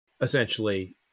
Essentially